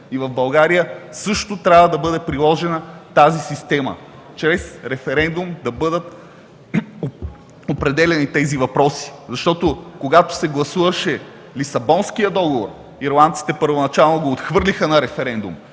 И в България също трябва да бъде приложена тази система – чрез референдум да бъдат определяни тези въпроси. Когато се гласуваше Лисабонският договор, ирландците първоначално го отхвърлиха на референдум